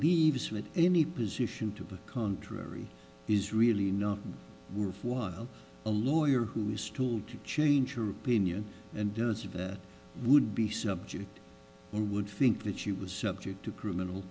eves with any position to the contrary is really not worth while a lawyer who is too old to change your opinion and does have that would be subject would think that she was subject to criminal